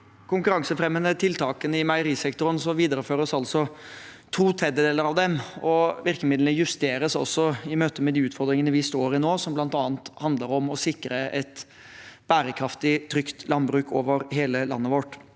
konkurransefremmende tiltakene i meierisektoren, videreføres altså to tredjedeler av dem. Virkemidlene justeres også i møte med de utfordringene vi står i nå, som bl.a. handler om å sikre et bærekraftig og trygt landbruk over hele landet vårt.